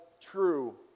true